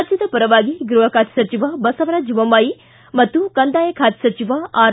ರಾಜ್ಞದ ಪರವಾಗಿ ಗ್ರಪ ಖಾತೆ ಸಚಿವ ಬಸವರಾಜ ಬೊಮ್ಲಾಯಿ ಮತ್ತು ಕಂದಾಯ ಖಾತೆ ಸಚಿವ ಆರ್